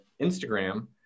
instagram